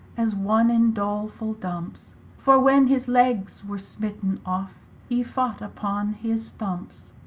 as one in doleful dumpes for when his legs were smitten off, he fought upon his stumpes.